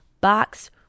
box